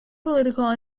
political